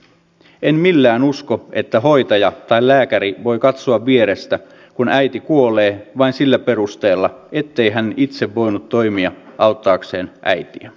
en millään usko että hoitaja tai lääkäri voi katsoa vierestä kun äiti kuolee vain sillä perusteella ettei hän itse voinut toimia auttaakseen äitiä